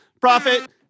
profit